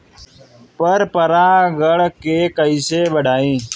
पर परा गण के कईसे बढ़ाई?